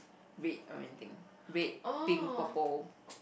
red or anything red pink purple